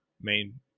main